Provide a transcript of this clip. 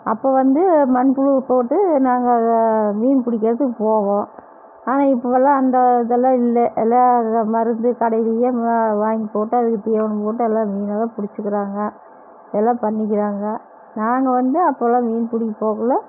அப்போ வந்து மண்புழுவை போட்டு நாங்கள் மீன் பிடிக்கிறதுக்கு போவோம் ஆனால் இப்போதெல்லாம் அந்த இதெல்லாம் இல்லை எல்லாம் மருந்து கடையிலையே வாங்கி போட்டு அதுக்கு தீவனம் போட்டு எல்லாம் மீனெல்லாம் பிடுச்சிக்கிறாங்க எல்லாம் பண்ணிக்கிறாங்க நாங்கள் வந்து அப்போதெலாம் மீன் பிடிக்க போகலை